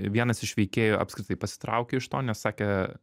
vienas iš veikėjų apskritai pasitraukė iš to nes sakė